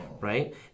right